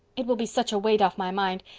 it will be such a weight off my mind,